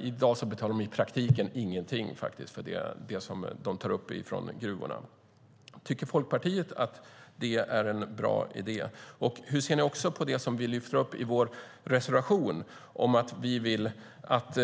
I dag betalar bolagen i praktiken ingenting för det som de tar upp från gruvorna. Tycker Folkpartiet att detta är en bra idé? Och hur ser ni på det som vi lyfter upp i vår reservation om att vi vill att